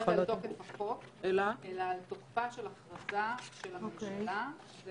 החוק, אלא על תוקפה של הכרזה של הממשלה.